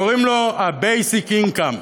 קוראים לו basic income,